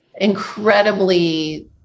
incredibly